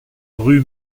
rue